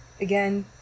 again